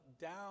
down